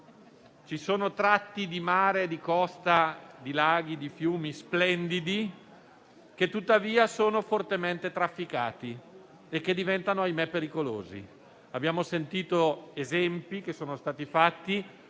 Ci sono tratti di mare, di costa, anche di laghi e di fiumi, splendidi, che tuttavia sono fortemente trafficati e che diventano - ahimè - pericolosi. Abbiamo sentito gli esempi che sono stati fatti,